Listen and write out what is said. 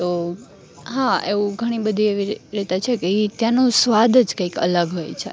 તો હા એવું ઘણીબધી એવી રીતે છેકે ઈ ત્યાંનું સ્વાદ જ કંઇક અલગ હોય છે